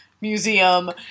museum